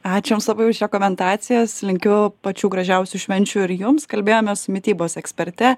ačiū jums labai už rekomendacijas linkiu pačių gražiausių švenčių ir jums kalbėjomės su mitybos eksperte